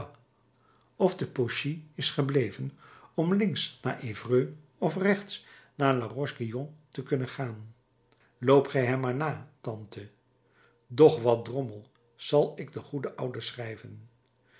of te pocy is gebleven om links naar evreux of rechts naar laroche guyon te kunnen gaan loop gij hem maar na tante doch wat drommel zal ik de goede oude